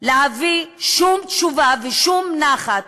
להביא שום תשובה ושום נחת